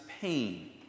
pain